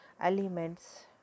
elements